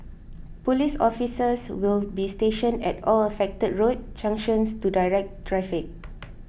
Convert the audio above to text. police officers will be stationed at all affected road junctions to direct traffic